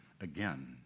again